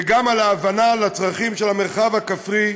וגם על ההבנה לצרכים של המרחב הכפרי.